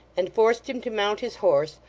and forced him to mount his horse,